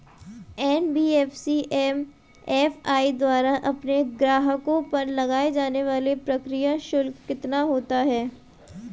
NBFC MFI द्वारा अपने ग्राहकों पर लगाए जाने वाला प्रक्रिया शुल्क कितना होता है?